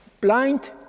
blind